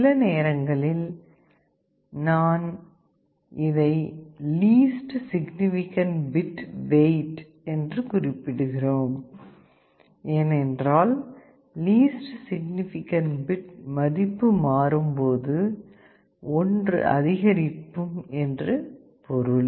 சில நேரங்களில் நாம் இதை லீஸ்ட் சிக்னிபிகண்ட் பிட் வெயிட் என்று குறிப்பிடுகிறோம் ஏனென்றால் லீஸ்ட் சிக்னிபிகண்ட் பிட் மாறும்போது மதிப்பு ஒன்று அதிகரிக்கும் என்று பொருள்